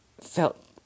felt